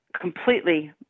completely